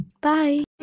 Bye